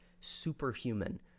superhuman